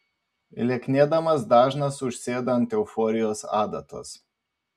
lieknėdamas dažnas užsėda ant euforijos adatos